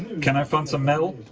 can i find some metal?